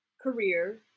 career